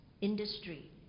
industry